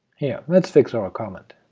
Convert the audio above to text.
here, let's fix our comment.